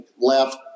left